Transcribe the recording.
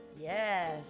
Yes